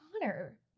Connor